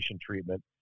treatment